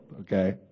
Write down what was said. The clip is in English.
okay